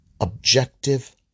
Objective